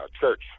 church